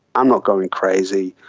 i'm not going crazy,